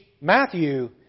Matthew